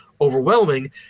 overwhelming